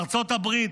ארצות הברית,